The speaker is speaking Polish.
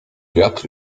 wiatr